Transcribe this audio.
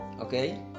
okay